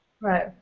Right